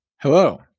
Hello